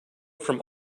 from